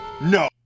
no